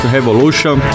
Revolution